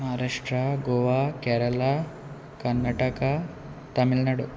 Maharashtra Goa Kerala Karnataka Tamil Nadu